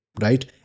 right